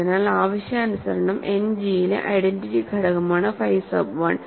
അതിനാൽ ആവശ്യാനുസരണം എൻഡ് ജിയിലെ ഐഡന്റിറ്റി ഘടകമാണ് ഫൈ സബ് 1